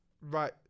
right